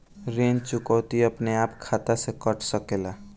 ऋण चुकौती अपने आप खाता से कट सकेला?